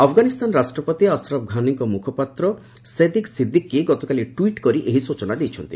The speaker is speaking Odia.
ଆଫଗାନିସ୍ଥାନ ରାଷ୍ଟ୍ରପତି ଅସରଫ ଘାନୀଙ୍କ ମୁଖପାତ୍ର ସେଦିକ ସିଦିକ୍କି ଗତକାଲି ଟୁଇଟ କରି ଏହି ସୂଚନା ଦେଇଛନ୍ତି